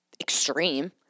extreme